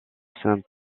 saint